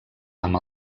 amb